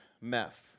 meth